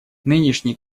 нынешний